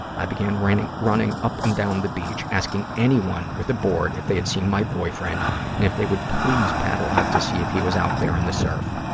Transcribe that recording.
i began running running up and down the beach, asking anyone with a board if they had seen my boyfriend and if they would please paddle out to see if he was out there in the surf.